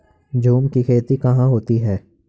झूम की खेती कहाँ होती है?